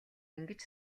ингэж